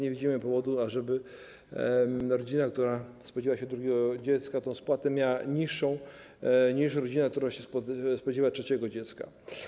Nie widzimy powodu, ażeby rodzina, która spodziewa się drugiego dziecka, tę spłatę miała niższą niż rodzina, która spodziewa się trzeciego dziecka.